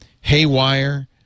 Haywire